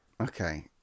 Okay